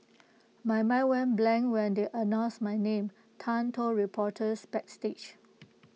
my mind went blank when they announced my name Tan told reporters backstage